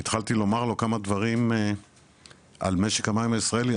התחלתי לומר לו כמה דברים על משק המים הישראלי,